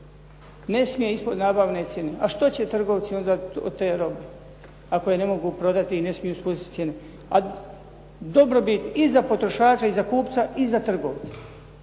ne smije ispod nabavne cijene. A što će trgovci onda od te robe ako je ne mogu prodati i ne smiju spustiti cijene? A dobrobit i za potrošača i za kupca i za trgovca.